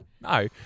No